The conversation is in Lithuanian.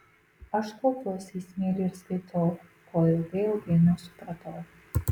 aš klaupiuosi į smėlį ir skaitau ko ilgai ilgai nesupratau